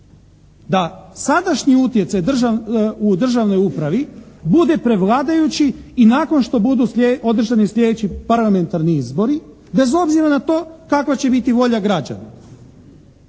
da sadašnji utjecaj u državnoj upravi bude prevladajući i nakon što budu održani sljedeći parlamentarni izbori bez obzira na to kakva će biti volja građana.